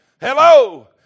Hello